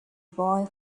boy